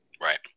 Right